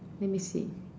let me see